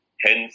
Hence